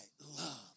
love